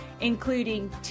including